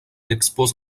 expose